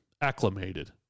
acclimated